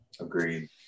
Agreed